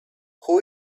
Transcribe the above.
who